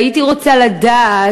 והייתי רוצה לדעת,